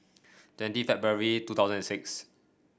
twenty February two thousand and six